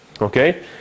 okay